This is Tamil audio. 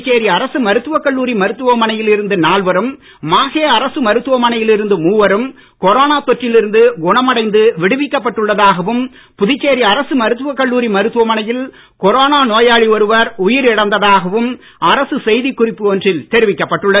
புதுச்சேரி அரசுமருத்துவக் கல்லூரி மருத்துவ மனையில் இருந்து நால்வரும் மாஹே அரசு மருத்துவ மனையில் இருந்து மூவரும் கொரோனா தொற்றில் இருந்து குணமடைந்து விடுவிக்கப் பட்டுள்ளதாகவும் புதுச்சேரி அரசு மருத்துவக் கல்லூரி மருத்துவ மனையில் கொரோனா நோயாளி ஒருவர் உயிரிழந்ததாகவும் அரசு செய்தி குறிப்பு ஒன்றில் தெரிவிக்கப் பட்டுள்ளது